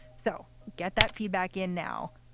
so get that feedback in now.